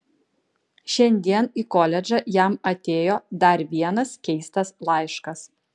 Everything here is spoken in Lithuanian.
šiandien į koledžą jam atėjo dar vienas keistas laiškas